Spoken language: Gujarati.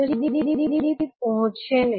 તે તેની સ્ટેડી સ્ટેટ વેલ્યુ સુધી કદી પહોંચશે નહીં